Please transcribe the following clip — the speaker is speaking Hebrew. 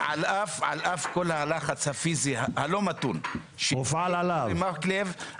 על אף כל הלחץ הפיזי הלא-מתון שהפעיל אורי מקלב,